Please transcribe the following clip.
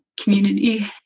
community